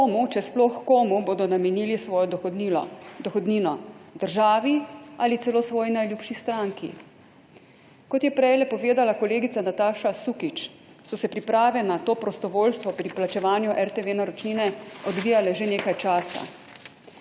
komu, če sploh komu, bodo namenili svojo dohodnino – državi ali celo svoji najljubši stranki. Kot je prejle povedala kolegica Nataša Sukič, so se priprave na to prostovoljstvo pri plačevanju RTV naročnine odvijale že nekaj časa.